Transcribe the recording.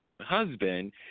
husband